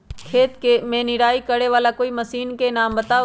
खेत मे निराई करे वाला कोई मशीन के नाम बताऊ?